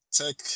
tech